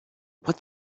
what